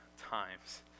times